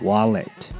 Wallet